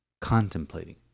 contemplating